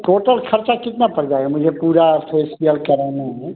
total ख़र्च कितना पड़ जाएगा मतलब पूरा फेसियल कराना है